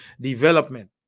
development